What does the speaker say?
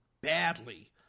badly